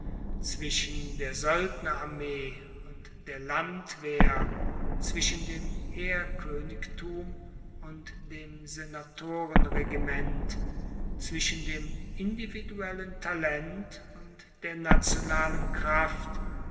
zwischen der soeldnerarmee und der landwehr zwischen dem heerkoenigtum und dem senatorenregiment zwischen dem individuellen talent und der nationalen kraft